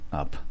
up